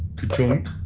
kachunk?